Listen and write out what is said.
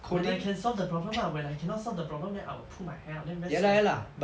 when I can solve the problem lah when I cannot solve the problem then I will pull my hair out then very stressful